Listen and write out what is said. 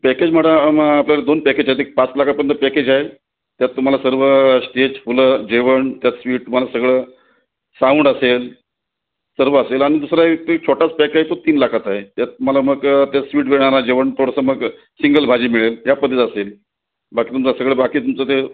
पॅकेजमध्ये अम आपल्याकडे दोन पॅकेज आहेत एक पाच लाखापर्यंत पॅकेज आहे त्यात तुम्हाला सर्व स्टेज फुलं जेवण त्यात स्वीट तुम्हाला सगळं साऊंड असेल सर्व असेल अन् दुसरं एक ट्रीट छोटा पॅकेज तो तीन लाखाचा आहे त्यात तुम्हाला मग त्यात स्वीट येणार ना जेवण थोडंसं मग सिंगल भाजी मिळेल या पद्धतीचं असेल बाकी तुमचं सगळं बाकी तुमचं ते